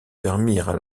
permirent